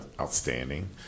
outstanding